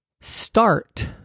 start